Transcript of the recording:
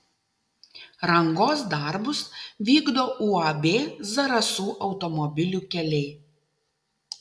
rangos darbus vykdo uab zarasų automobilių keliai